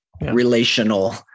relational